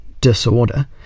disorder